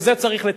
בזה צריך לטפל.